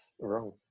wrong